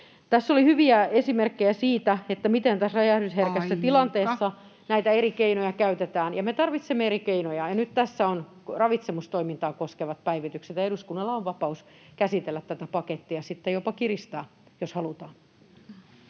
Tässä oli hyviä esimerkkejä siitä, miten tässä räjähdysherkässä tilanteessa [Puhemies: Aika!] näitä eri keinoja käytetään. Me tarvitsemme eri keinoja, ja nyt tässä on ravitsemustoimintaa koskevat päivitykset. Eduskunnalla on vapaus käsitellä tätä pakettia, sitten jopa kiristää, jos halutaan.